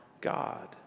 God